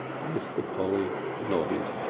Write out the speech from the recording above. mr. polly nodded.